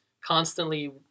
constantly